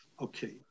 Okay